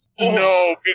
No